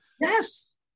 Yes